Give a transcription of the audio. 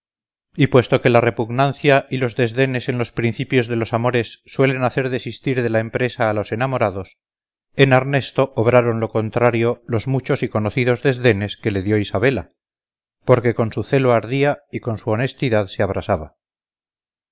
y puesto que la repugnancia y los desdenes en los principios de los amores suelen hacer desistir de la empresa a los enamorados en arnesto obraron lo contrario los muchos y conocidos desdendes que le dio isabela porque con su celo ardía y con su honestidad se abrasaba